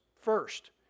First